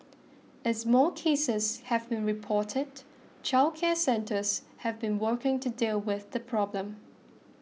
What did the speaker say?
as more cases have been reported childcare centres have been working to deal with the problem